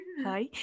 Hi